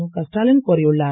முக ஸ்டாலின் கோரியுள்ளார்